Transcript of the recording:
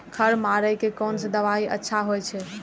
खर मारे के कोन से दवाई अच्छा होय छे?